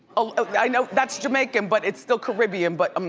ah ah i know that's jamaican, but it's still caribbean but. um